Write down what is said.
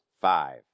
Five